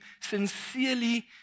sincerely